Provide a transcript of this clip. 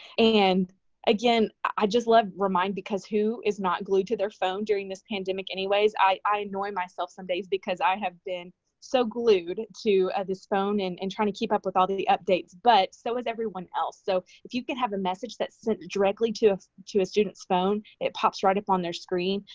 and again, i just love remind, because, who is not glued to their phone during this pandemic anyways? i i annoy myself some days because i have been so glued to ah this phone in and and trying to keep up with all the the updates, but so is everyone else. so if you can have a message that sends directly to to a student's phone, it pops right up on their screen,